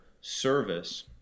service